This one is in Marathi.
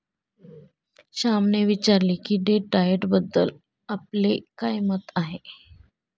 श्यामने विचारले की डेट डाएटबद्दल आपले काय मत आहे?